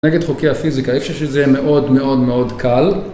נגד חוקי הפיזיקה אי אפשר שזה יהיה מאוד מאוד מאוד קל